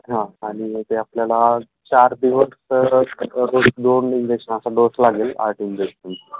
हा आणि ते आपल्याला चार दिवस तर दो दोन इंजेक्शन असा डोस लागेल आठ इंजेक्शन